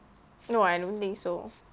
no I don't think so